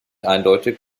eindeutig